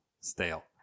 stale